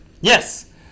Yes